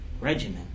regiment